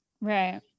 Right